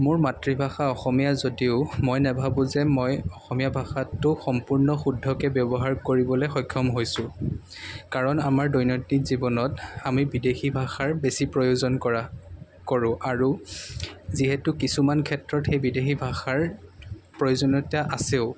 মোৰ মাতৃভাষা অসমীয়া যদিও মই নাভাবোঁ যে মই অসমীয়া ভাষাটো সম্পূৰ্ণ শুদ্ধকৈ ব্যৱহাৰ কৰিবলৈ সক্ষম হৈছোঁ কাৰণ আমাৰ দৈনন্দিন জীৱনত আমি বিদেশী ভাষাৰ বেছি প্ৰয়োজন কৰা কৰোঁ আৰু যিহেতু কিছুমান ক্ষেত্ৰত সেই বিদেশী ভাষাৰ প্ৰয়োজনীয়তা আছেও